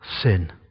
sin